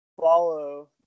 Follow